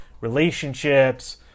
relationships